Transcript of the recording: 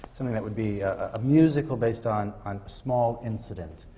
something that would be a musical based on on small incident,